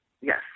Yes